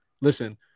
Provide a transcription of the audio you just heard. Listen